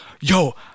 Yo